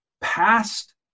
past